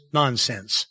nonsense